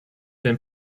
been